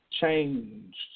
Changed